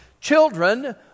Children